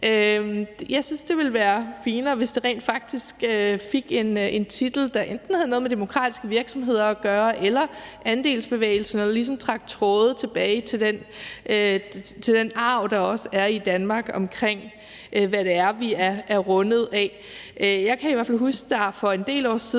Jeg synes, det ville være finere, hvis det rent faktisk fik en titel, der enten havde noget med demokratiske virksomheder at gøre eller andelsbevægelsen eller ligesom trak tråde tilbage til den arv, der er i Danmark, og hvad det er, vi er rundet af. Jeg kan i hvert fald huske, at der for en del år siden